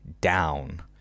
down